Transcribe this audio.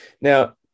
Now